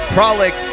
Prolix